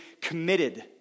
committed